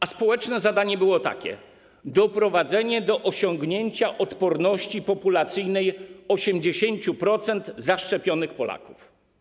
A społeczne zadanie było takie: doprowadzenie do osiągnięcia odporności populacyjnej, chodzi o 80% zaszczepionych Polaków.